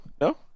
No